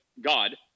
God